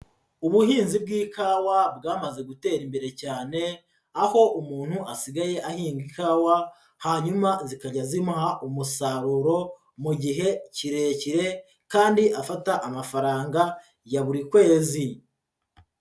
Ubuhinzi bw'ikawa bwamaze gutera imbere cyane, aho umuntu asigaye ahinga ikawa, hanyuma zikajya zimuha umusaruro mu gihe kirekire kandi afata amafaranga ya buri kwezi.